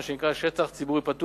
מה שנקרא שטח ציבורי פתוח,